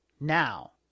now